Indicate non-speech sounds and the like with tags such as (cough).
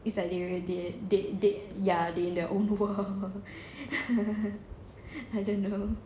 is like they they they they ya they in their own world (breath) I don't know